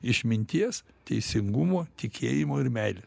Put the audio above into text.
išminties teisingumo tikėjimo ir meilės